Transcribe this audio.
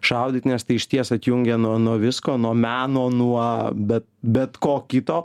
šaudyt nes tai išties atjungia nuo nuo visko nuo meno nuo bet bet ko kito